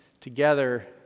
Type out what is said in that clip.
together